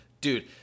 dude